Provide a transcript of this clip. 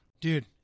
dude